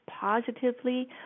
positively